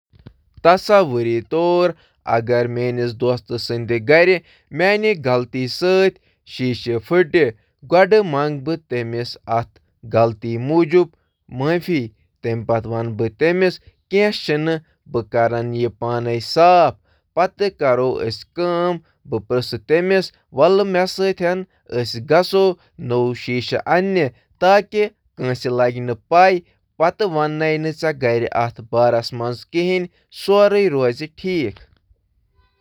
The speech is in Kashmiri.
تصور کٔرِو، اگر مےٚ غلطی سان کٲنٛسہِ یار سٕنٛدِس گَھرس منٛز گلاس پھُٹروو۔ گۄڈٕ چھُس بہٕ أمِس معٲفی منٛگان، پتہٕ پرژھٕ بہٕ أمِس۔ مےٚ سۭتۍ یِو، أسۍ اَنہِ بازرٕ پٮ۪ٹھٕ اکھ شیشہٕ۔